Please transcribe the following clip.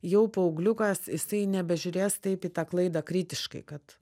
jau paaugliukas jisai nebežiūrės taip į tą klaidą kritiškai kad